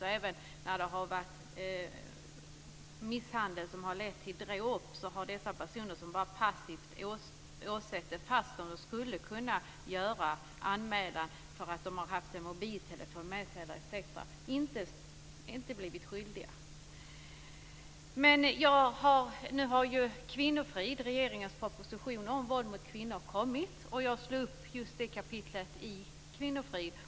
Även när det har varit misshandel som har lett till dråp har det funnits personer som passivt åsett detta fast de skulle ha kunnat göra anmälan eftersom de har haft en mobiltelefon med sig. De har inte heller ansetts skyldiga. Nu har ju Kvinnofrid, regeringens proposition om våld mot kvinnor, kommit. Jag slog upp det kapitel som handlar om detta i Kvinnofrid.